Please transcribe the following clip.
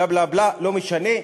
בלה-בלה-בלה לא משנה,